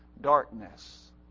darkness